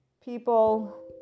People